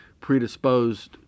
predisposed